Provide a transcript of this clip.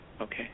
okay